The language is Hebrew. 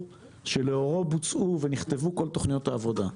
שלאורו בוצעו ונכתבו כל תכניות העבודה.